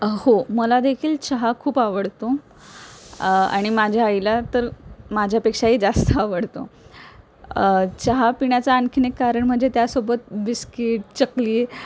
हो मलादेखील चहा खूप आवडतो आणि माझ्या आईला तर माझ्यापेक्षाही जास्त आवडतो चहा पिण्याचं आणखीन एक कारण म्हणजे त्यासोबत बिस्कीट चकली